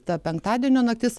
ta penktadienio naktis